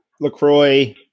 Lacroix